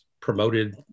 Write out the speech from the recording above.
promoted